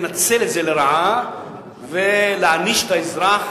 לנצל את זה לרעה ולהעניש את האזרח,